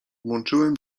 włączyłem